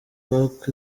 park